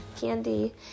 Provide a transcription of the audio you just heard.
candy